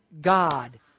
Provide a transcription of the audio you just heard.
God